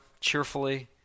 cheerfully